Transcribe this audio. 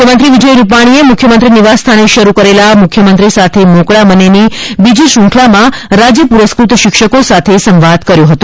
મુખ્યમંત્રી વિજય રૂપાણીએ મુખ્યમંત્રી નિવાસ સ્થાને શરૂ કરેલા મુખ્યમંત્રી સાથે મોકળામને બીજી શૃંખલામાં રાજ્ય પુરસ્કૃત શિક્ષકો સાથે સંવાદ કર્યો હતો